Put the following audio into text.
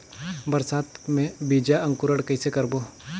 बरसात मे बीजा अंकुरण कइसे करबो?